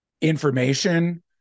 information